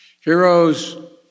Heroes